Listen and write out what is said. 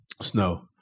Snow